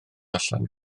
allan